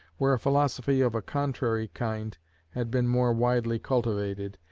where a philosophy of a contrary kind had been more widely cultivated,